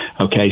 okay